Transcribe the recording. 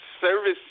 service